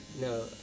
No